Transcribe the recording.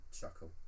chuckle